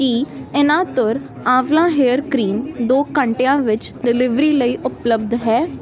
ਕੀ ਇਨਾਤੁਰ ਆਂਵਲਾ hair cream ਦੋ ਘੰਟਿਆਂ ਵਿੱਚ ਡਿਲੀਵਰੀ ਲਈ ਉਪਲੱਬਧ ਹੈ